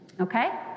okay